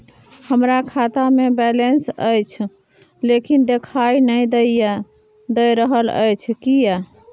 हमरा खाता में बैलेंस अएछ लेकिन देखाई नय दे रहल अएछ, किये?